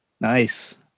Nice